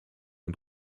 und